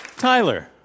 Tyler